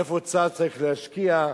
איפה צה"ל צריך להשקיע.